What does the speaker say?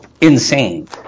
insane